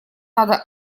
надо